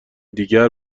دیگر